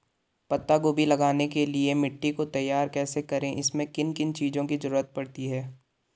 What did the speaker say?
पत्ता गोभी लगाने के लिए मिट्टी को तैयार कैसे करें इसमें किन किन चीज़ों की जरूरत पड़ती है?